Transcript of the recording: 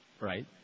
Right